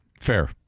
Fair